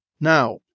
Now